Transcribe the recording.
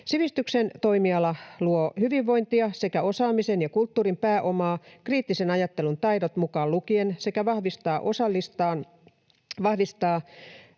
Sivistyksen toimiala luo hyvinvointia sekä osaamisen ja kulttuurin pääomaa, kriittisen ajattelun taidot mukaan lukien, sekä vahvistaa osaltaan